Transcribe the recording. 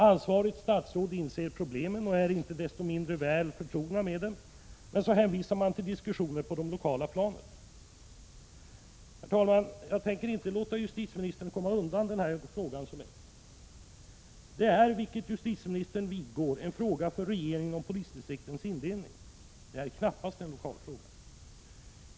Ansvarigt statsråd inser problemen och är inte desto mindre väl förtrogen med dem, men så hänvisar han till diskussioner på det lokala planet. Herr talman! Jag tänker inte låta justitieministern komma undan denna fråga så lätt. Frågan om polisdistriktens indelning är, vilket justitieministern vidgår, en fråga för regeringen — det är knappast en lokal fråga.